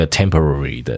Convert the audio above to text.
temporary